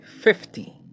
fifty